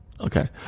Okay